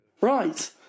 Right